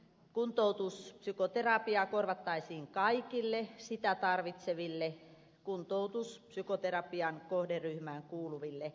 kuntoutuspsykoterapia korvattaisiin kaikille sitä tarvitseville kuntoutuspsykoterapian kohderyhmään kuuluville vakuutetuille